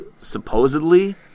supposedly